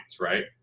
right